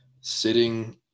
sitting